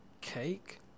Cake